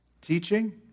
teaching